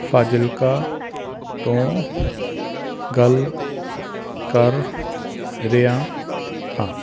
ਫਾਜ਼ਿਲਕਾ ਤੋਂ ਗੱਲ ਕਰ ਰਿਹਾ ਹਾਂ